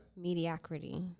mediocrity